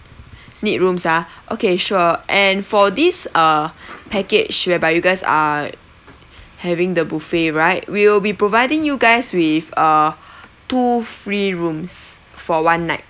need rooms ah okay sure and for this uh package whereby you guys are having the buffet right we will be providing you guys with err two free rooms for one night